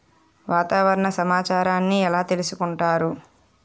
వాతావరణ సమాచారాన్ని ఎలా తెలుసుకుంటారు?